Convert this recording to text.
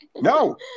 No